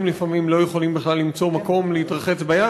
לפעמים לא יכולים בכלל למצוא מקום להתרחץ בים